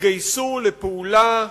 התגייסו לפעולה,